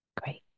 Great